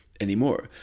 Anymore